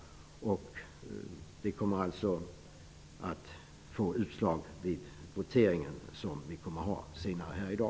Det kommer ett utslag vid voteringen senare i dag.